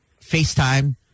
FaceTime